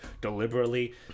deliberately